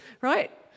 right